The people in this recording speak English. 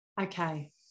Okay